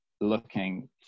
looking